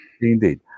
Indeed